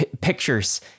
pictures